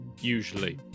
usually